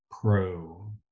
pro